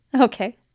Okay